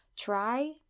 Try